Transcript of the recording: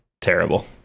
terrible